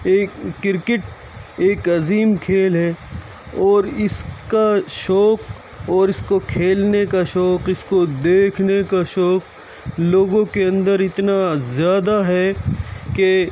ایک کرکٹ ایک عظیم کھیل ہے اور اس کا شوق اور اس کو کھیلنے کا شوق اس کو دیکھنے کا شوق لوگوں کے اندر اتنا زیادہ ہے کہ